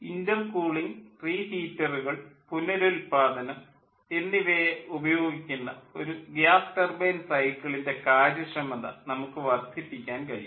intercooling റീഹീറ്ററുകൾ പുനരുൽപ്പാദനം എന്നിവയെ ഉപയോഗിക്കുന്ന ഒരു ഗ്യാസ് ടർബൈൻ സൈക്കിളിൻ്റെ കാര്യക്ഷമത നമുക്ക് വർദ്ധിപ്പിക്കാൻ കഴിയും